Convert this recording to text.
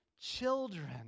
children